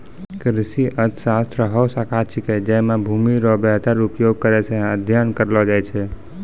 कृषि अर्थशास्त्र हौ शाखा छिकै जैमे भूमि रो वेहतर उपयोग करै रो अध्ययन करलो गेलो छै